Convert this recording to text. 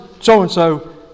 so-and-so